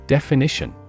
Definition